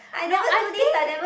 no I think